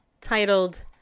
titled